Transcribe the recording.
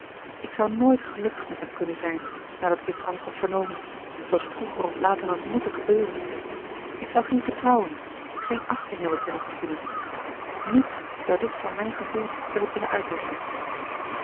ik zou nooit gelukkig met hem hebben kunnen zijn nadat ik dit alles had vernomen zooals vroeger of later had moeten gebeuren ik zou geen vertrouwen geen achting hebben kunnen gevoelen niets zou dit voor mijn gevoel hebben kunnen uitwisschen